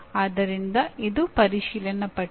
ಆದ್ದರಿಂದ ಇದು ಪರಿಶೀಲನಾಪಟ್ಟಿ